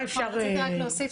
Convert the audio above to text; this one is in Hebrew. מה אפשר --- נכון,